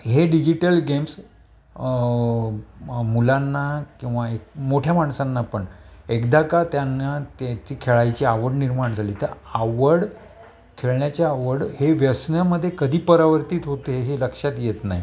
हे digital games मुलांना किंवा एक मोठ्या माणसांना पण एकदा का त्यांना त्याची खेळायची आवड निर्माण झाली तर आवड खेळण्याचे आवड हे व्यसनामध्ये कधी परावर्तीत होते हे लक्षात येत नाही